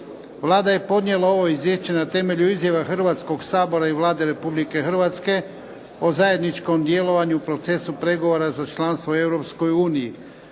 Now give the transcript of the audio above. Vlada je podnijela ovo Izvješće na temelju izjava Hrvatskoga sabora i Vlade Republike Hrvatske o zajedničkom djelovanju u procesu pregovora za članstvo u